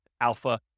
alpha